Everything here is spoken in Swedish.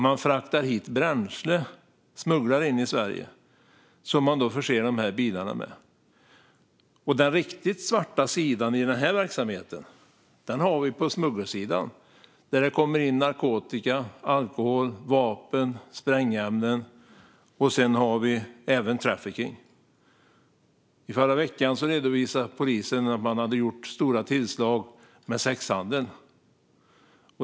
Man fraktar hit bränsle som man smugglar in i Sverige och förser de här bilarna med. Den riktigt svarta sidan i den här verksamheten har vi på smuggelsidan, där det kommer in narkotika, alkohol, vapen och sprängämnen. Vi har även trafficking. I förra veckan redovisade polisen att man gjort stora tillslag mot sexhandel.